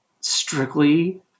strictly